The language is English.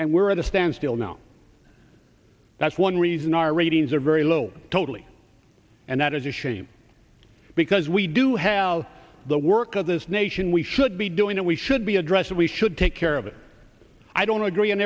and we're at a standstill now that's one reason our ratings are very low totally and that is a shame because we do have the work of this nation we should be doing that we should be addressed we should take care of it i don't agree on